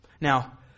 Now